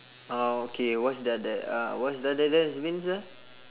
oh okay what's the other uh what's means uh